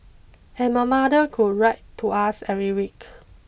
and my mother could write to us every week